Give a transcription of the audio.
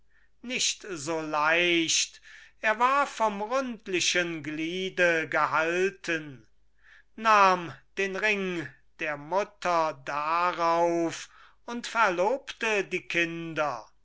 darauf und verlobte die kinder